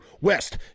West